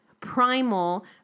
primal